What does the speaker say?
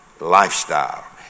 lifestyle